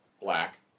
Black